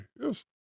yes